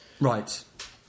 Right